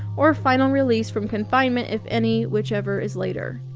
or final release from confinement, if any, whichever is later.